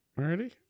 already